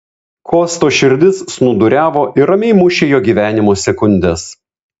kosto širdis snūduriavo ir ramiai mušė jo gyvenimo sekundes